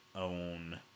own